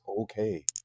okay